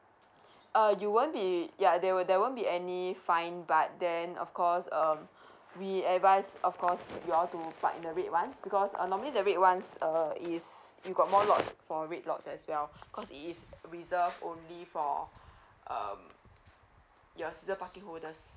uh you won't be ya there were there won't be any fine but then of course um we advise of course you all to park in the red ones because uh normally the red ones err is you got more lots for red lots as well because it is reserved only for um you're season parking holders